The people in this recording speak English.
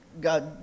God